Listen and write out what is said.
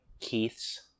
keith's